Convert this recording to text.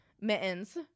mittens